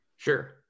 Sure